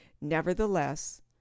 Nevertheless